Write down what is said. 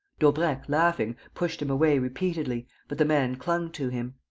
daubrecq, laughing, pushed him away repeatedly, but the man clung to him.